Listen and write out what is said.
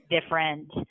different